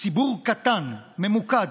ציבור קטן, ממוקד,